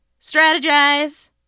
strategize